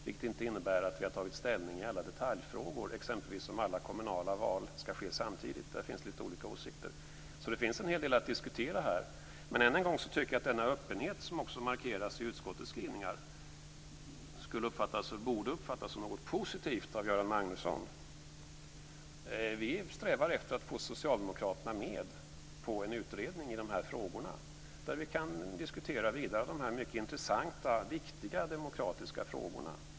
Men det innebär inte att vi har tagit ställning i alla detaljfrågor, t.ex. om alla kommunala val ska ske samtidigt. Där finns det lite olika åsikter. Det finns en hel del att diskutera här. Men jag tycker att den öppenhet som också markeras i utskottets skrivningar borde uppfattas som något positivt av Göran Magnusson. Vi strävar efter att få med Socialdemokraterna på en utredning i de här frågorna. Där kan vi diskutera dessa mycket intressanta och viktiga demokratiska frågor vidare.